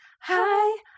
Hi